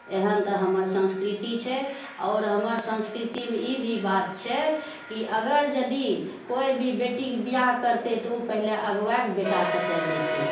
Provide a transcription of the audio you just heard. एहन तऽ हमर संस्कृति छै आओर हमर संस्कृतिमे ई भी बात छै की अगर यदि कोइ भी बेटीके बिआह करतय तऽ ओ पहिले अगुआक बेटा कतय जेतय